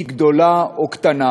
גדולה או קטנה,